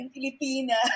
Filipina